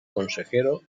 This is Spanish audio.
consejero